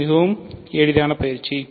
இது மிகவும் எளிதான பயிற்சி